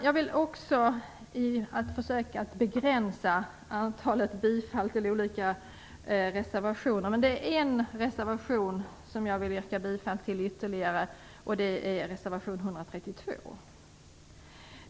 Jag vill också försöka att begränsa antalet yrkanden, men det är en reservation ytterligare som jag vill yrka bifall till och det är reservation 132.